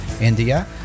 india